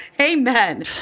Amen